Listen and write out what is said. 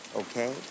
okay